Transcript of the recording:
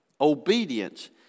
Obedience